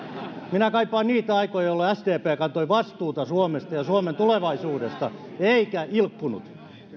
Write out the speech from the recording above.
minä kaipaan niitä aikoja jolloin sdp kantoi vastuuta suomesta ja suomen tulevaisuudesta eikä ilkkunut